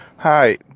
Hi